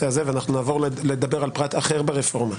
הזה ונעבור לדבר על פרט אחר ברפורמה.